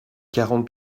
quarante